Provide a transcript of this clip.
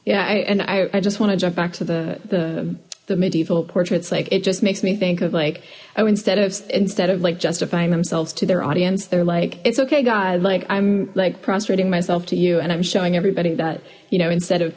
yeah and i just want to jump back to the medieval portraits like it just makes me think of like oh instead of instead of like justifying themselves to their audience they're like it's okay god like i'm like prostrating myself to you and i'm showing everybody that you know instead of